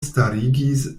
starigis